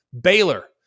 Baylor